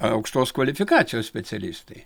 aukštos kvalifikacijos specialistai